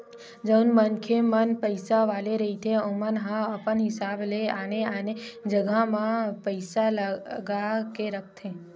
जउन मनखे मन पइसा वाले रहिथे ओमन ह अपन हिसाब ले आने आने जगा मन म पइसा लगा के रखथे